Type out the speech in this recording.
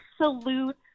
absolute